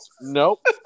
Nope